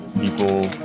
people